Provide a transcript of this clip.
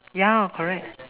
ya correct